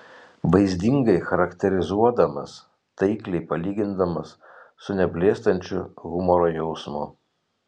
vaizdingai charakterizuodamas taikliai palygindamas su neblėstančiu humoro jausmu